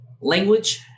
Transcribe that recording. language